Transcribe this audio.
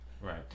right